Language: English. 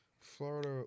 Florida